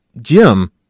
Jim